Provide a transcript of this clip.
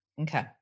okay